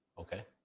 Okay